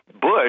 Bush